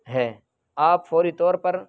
ہے آپ فوری طور پر